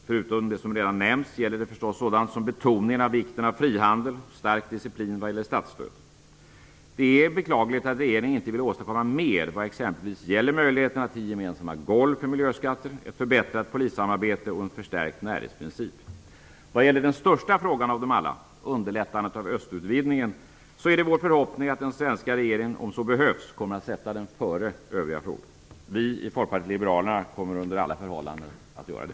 Förutom det som redan nämnts gäller det förstås sådant som betoningen av vikten av frihandel och av stark disciplin vad gäller statsskulden. Det är beklagligt att regeringen inte vill åstadkomma mer vad gäller exempelvis möjligheten till gemensamma golv för miljöskatter, ett förbättrat polissamarbete och en förstärkt näringsprincip. När det gäller den största frågan av dem alla, underlättandet av östutvidgningen, är det vår förhoppning att den svenska regeringen om så behövs kommer att sätta den före de övriga frågorna. Vi i Folkpartiet liberalerna kommer under alla förhållanden att göra det.